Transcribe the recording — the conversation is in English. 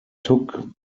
took